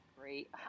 great